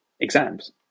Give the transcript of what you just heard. exams